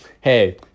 hey